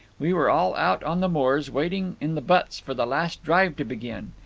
we were all out on the moors, waiting in the butts for the last drive to begin.